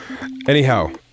Anyhow